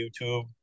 YouTube